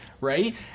Right